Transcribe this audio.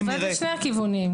זה עובד לשני הכיוונים.